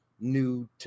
new